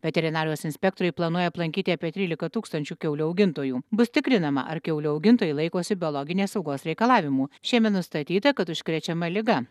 veterinarijos inspektoriai planuoja aplankyti apie trylika tūkstančių kiaulių augintojų bus tikrinama ar kiaulių augintojai laikosi biologinės saugos reikalavimų šiemet nustatyta kad užkrečiama liga